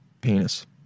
penis